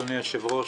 אדוני היושב-ראש,